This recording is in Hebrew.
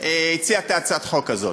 הציע את הצעת החוק הזאת.